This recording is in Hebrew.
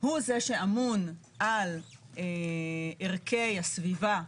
הוא זה שאמון על ערכי הסביבה,